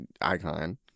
Icon